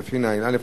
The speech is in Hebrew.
תגיד לי, איך?